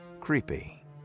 Creepy